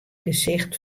gesicht